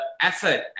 effort